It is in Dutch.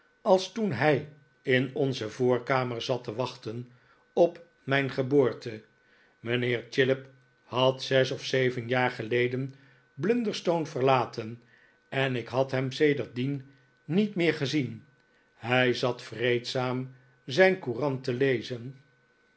als toen hij in onze voorkamer zat te wachten op mijn geboprte mijnheer chillip had zes of zeven jaar geleden blunderstone verlaten en ik had hem sedertdien niet meer gezien hij zat vreedzaam zijn courant te lezen